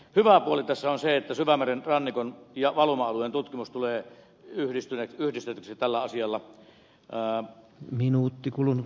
hyvä puoli tässä on se että syvän meren rannikon ja valuma alueen tutkimus tulee yhdistetyksi tällä asialla ja minuutti kulunut